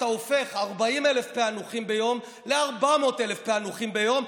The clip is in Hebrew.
אתה הופך 40,000 פיענוחים ביום ל-400,000 פיענוחים ביום.